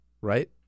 right